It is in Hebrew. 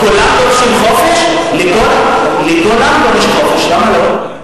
כולם דורשים חופש, לכולם הוא דורש חופש, למה לא?